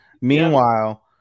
Meanwhile